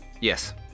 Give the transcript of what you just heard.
Yes